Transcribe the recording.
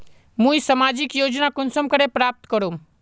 मुई सामाजिक योजना कुंसम करे प्राप्त करूम?